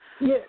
Yes